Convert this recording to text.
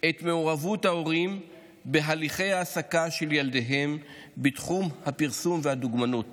את מעורבות ההורים בהליכי ההעסקה של ילדיהם בתחום הפרסום והדוגמנות